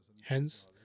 Hence